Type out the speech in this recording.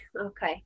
okay